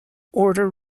order